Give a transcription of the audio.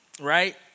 right